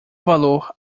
valor